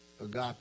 agape